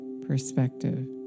perspective